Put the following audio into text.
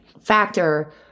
factor